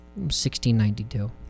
1692